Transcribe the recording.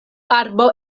arbo